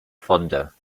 fonder